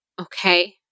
okay